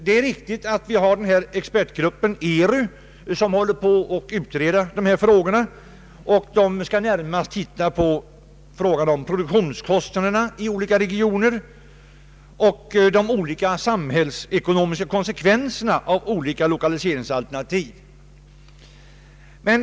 Det är riktigt att vi har expertgruppen ERU, som utreder dessa frågor och närmast skall se på produktionskostnaderna i olika regioner och de olika samhällsekonomiska konsekvenserna av skilda lokaliseringsalternativ.